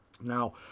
Now